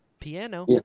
piano